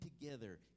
together